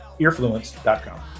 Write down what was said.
EarFluence.com